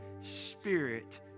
Spirit